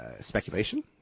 speculation